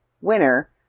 winner